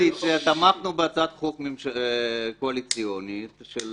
מתוך האופוזיציה תמכנו בהצעת חוק קואליציונית של